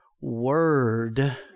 word